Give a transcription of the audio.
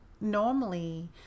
normally